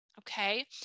Okay